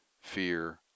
fear